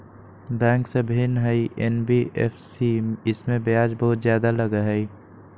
Bank से भिन्न हई एन.बी.एफ.सी इमे ब्याज बहुत ज्यादा लगहई?